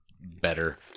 better